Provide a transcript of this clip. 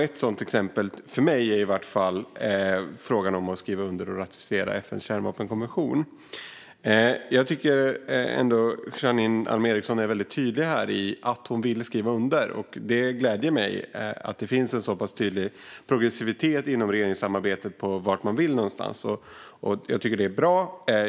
Ett sådant exempel tycker jag är frågan om att skriva under och ratificera FN:s kärnvapenkonvention. Jag tycker att Janine Alm Ericson är tydlig här med att hon vill skriva under. Det gläder mig att det finns en så pass tydlig progressivitet inom regeringssamarbetet när det gäller vart man vill. Jag tycker att det är bra.